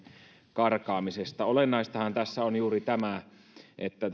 karkaamisesta olennaistahan tässä on juuri tämä että